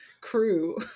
crew